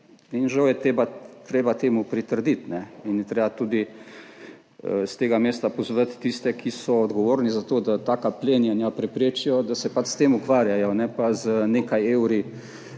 Žal je treba temu pritrditi in je treba tudi s tega mesta pozvati tiste, ki so odgovorni za to, da preprečijo taka plenjenja, da se pač s tem ukvarjajo, ne pa z nekaj evri